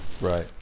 right